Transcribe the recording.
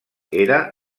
era